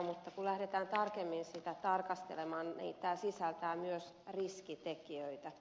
mutta kun lähdetään tarkemmin sitä tarkastelemaan niin tämä sisältää myös riskitekijöitä